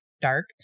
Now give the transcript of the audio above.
dark